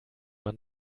man